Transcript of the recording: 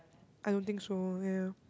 I don't think so ya